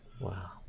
Wow